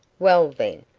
well, then,